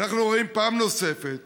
אנחנו רואים פעם נוספת את